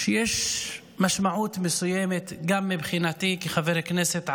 שיש משמעות מסוימת, גם מבחינתי כחבר כנסת ערבי,